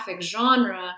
genre